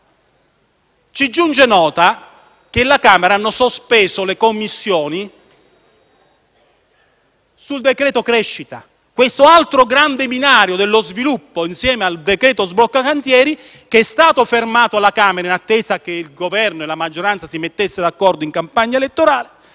Ci giunge notizia che alla Camera hanno sospeso le Commissioni sul decreto-legge crescita. Di quest'altro grande binario dello sviluppo, insieme al decreto-legge sblocca cantieri, che è stato fermato alla Camera in attesa che il Governo e la maggioranza si mettessero d'accordo in campagna elettorale,